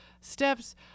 steps